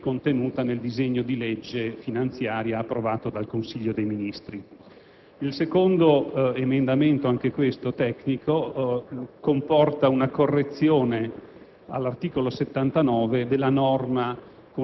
alla sua versione originaria, così come contenuta nel disegno di legge finanziaria approvato dal Consiglio dei ministri. La seconda parte, anch'essa tecnica, comporta una correzione